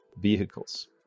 vehicles